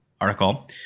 article